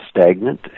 stagnant